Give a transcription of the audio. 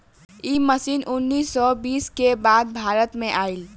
इ मशीन उन्नीस सौ बीस के बाद भारत में आईल